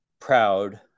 proud